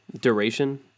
duration